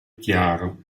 chiaro